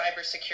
cybersecurity